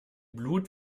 blut